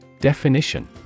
Definition